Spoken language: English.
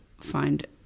find